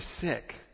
sick